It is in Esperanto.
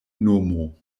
nomo